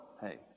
hey